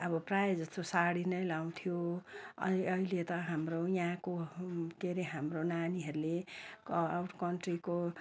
प्रायः जस्तो साडी नै लगाउँथ्यो अहिले त हाम्रो यहाँको के अरे हाम्रो नानीहरूले क आउट कन्ट्रीको